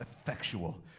effectual